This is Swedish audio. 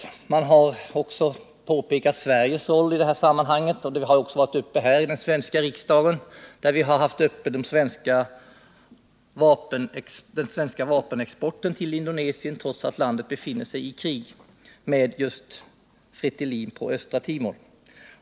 I detta sammanhang har man också pekat på Sveriges roll, som även diskuterats här i den svenska riksdagen när vi behandlat frågan om den vapenexport till Indonesien som förekommit trots att landet befinner sig i krig med Fretilin på Östra Timor.